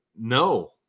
no